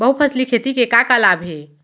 बहुफसली खेती के का का लाभ हे?